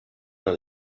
dans